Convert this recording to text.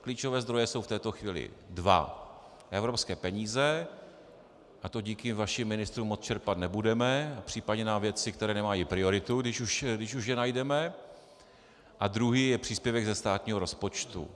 Klíčové zdroje jsou v této chvíli dva evropské peníze, a to díky vašim ministrům moc čerpat nebudete, případně na věci, které nemají prioritu, když už je najdeme, a druhý je příspěvek ze státního rozpočtu.